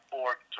org